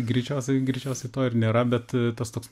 greičiausiai greičiausiai to ir nėra bet tas toks